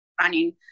running